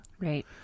Right